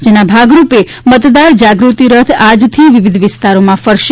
જેના ભાગરૂપે મતદાર જાગૃતિ રથ આજથી વિવિધ વિસ્તારોમાં ફરશે